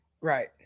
Right